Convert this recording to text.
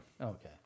Okay